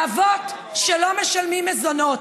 לאבות שלא משלמים מזונות.